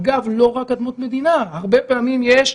אגב, לא רק באדמות מדינה, הרבה פעמים הם